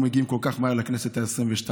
מגיעים כל כך מהר לכנסת העשרים-ושתיים.